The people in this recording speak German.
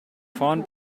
vorn